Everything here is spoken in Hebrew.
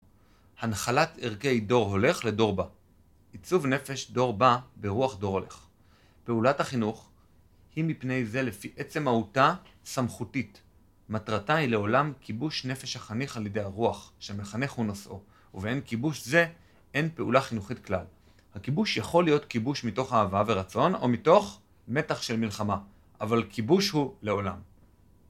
הנחלת ערכי דור הולך לדור בא. עיצוב נפש דור בא ברוח דור הולך. פעולת החינוך היא מפני זה לפי עצם מהותה סמכותית. מטרתה היא לעולם כיבוש נפש החניך על ידי הרוח שמחנך הוא נשוא, ובעין כיבוש זה אין פעולה חינוכית כלל. הכיבוש יכול להיות כיבוש מתוך אהבה ורצון או מתוך מתח של מלחמה, אבל כיבוש הוא לעולם.